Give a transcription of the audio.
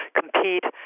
compete